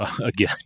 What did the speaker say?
again